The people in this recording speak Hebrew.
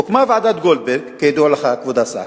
הוקמה ועדת-גולדברג, כידוע לך, כבוד השר,